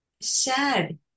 sad